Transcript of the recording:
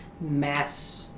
mass